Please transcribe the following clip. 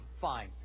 fine